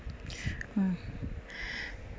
uh